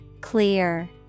Clear